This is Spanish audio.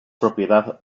propiedad